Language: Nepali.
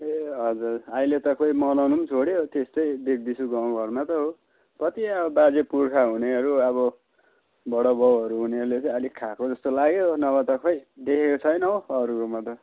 ए हजुर आहिले त खोइ मनाउनु पनि छोड्यो त्यस्तै देख देख्छु गाउँ घरमा त हो कति अब बाजे पुर्खा हुनेहरू अब बडा बाउहरू हुनेहरूले चाहिं अलिक खाएको जस्तो लाग्यो नभए त खोइ देखेको छैन हौ अरूहरूमा त